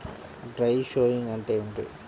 Dry sowing అంటే ఏమిటి?